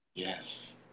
Yes